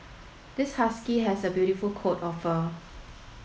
this husky has a beautiful coat of fur